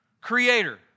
creator